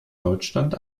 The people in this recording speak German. deutschland